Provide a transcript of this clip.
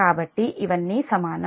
కాబట్టి ఇవన్నీ సమానం